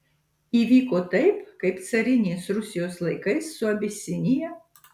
įvyko taip kaip carinės rusijos laikais su abisinija